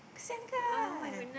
kesian kan